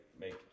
make